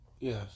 yes